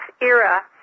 era